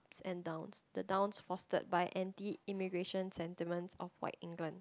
~s and downs the downs fostered by anti immigration sentiments of white England